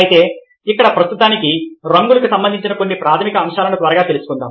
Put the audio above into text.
అయితే ఇక్కడ ప్రస్తుతానికి రంగులకు సంబంధించిన కొన్ని ప్రాథమిక అంశాలను త్వరగా తెలుసుకుందాం